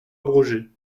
abrogée